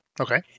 Okay